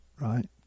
right